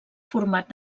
format